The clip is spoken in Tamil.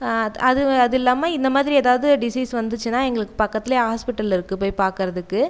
அது அது இல்லாமல் இந்த மாதிரி எதாவது டிசீஸ் வந்துச்சுனா எங்களுக்கு பக்கத்தில் ஹாஸ்ப்பிட்டல் இருக்குது போய் பார்க்குறதுக்கு